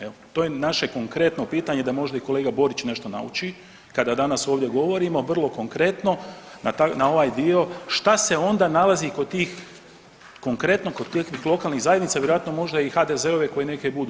Evo, to je naše konkretno pitanje da možda i kolega Borić nešto nauči kada danas ovdje govorimo vrlo konkretno na ovaj dio, šta se onda nalazi kod tih, konkretno kod tih lokalnih zajednica vjerojatno možda i HDZ-ove koje neke i budu.